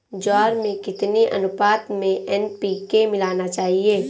ज्वार में कितनी अनुपात में एन.पी.के मिलाना चाहिए?